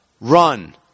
run